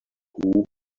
who